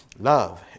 Love